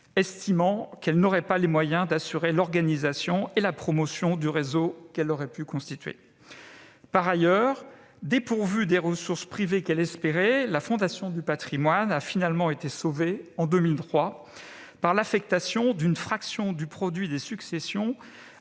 estimant qu'elle n'aurait pas les moyens d'assurer l'organisation et la promotion du réseau qu'elle aurait pu constituer. Par ailleurs, dépourvue des ressources privées qu'elle espérait, la Fondation du patrimoine a finalement été sauvée, en 2003, par l'affectation d'une fraction du produit des successions